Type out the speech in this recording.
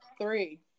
three